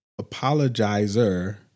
apologizer